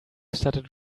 started